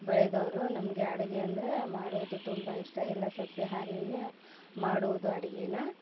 ಬೆಳೆದವರು ನಮಗೆ ಅಡುಗೆ ಅಂದರೆ ಮಾಡೋದು ತುಂಬ ಇಷ್ಟ ಎಲ್ಲ ಸಸ್ಯಹಾರೀನೆ ಮಾಡೋದು ಅಡಿಗೇನ